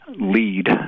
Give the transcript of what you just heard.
lead